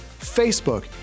Facebook